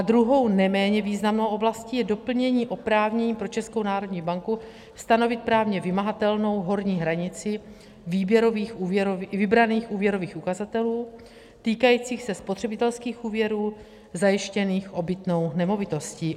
Druhou, neméně významnou oblastí je doplnění oprávnění pro Českou národní banku stanovit právně vymahatelnou horní hranici vybraných úvěrových ukazatelů týkajících se spotřebitelských úvěrů zajištěných obytnou nemovitostí.